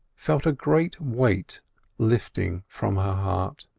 felt a great weight lifting from her heart.